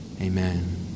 Amen